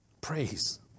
Praise